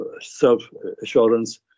self-assurance